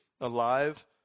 alive